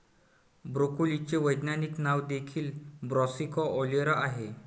ब्रोकोलीचे वैज्ञानिक नाव देखील ब्रासिका ओलेरा आहे